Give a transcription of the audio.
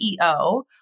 CEO